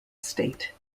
state